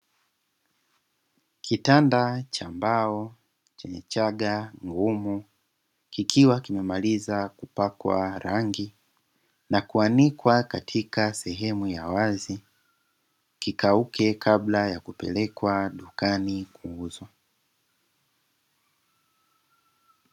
Kitanda cha mbao chenye chaga ngumu kikiwa kimemaliza kupakwa rangi na kuanikwa katika sehemu ya wazi kikauke kabla ya kupelekwa dukani kuuzwa.